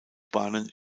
bahnen